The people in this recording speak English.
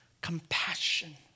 compassion